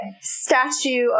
statue